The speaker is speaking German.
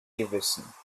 gewissen